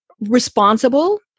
Responsible